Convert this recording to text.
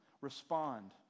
Respond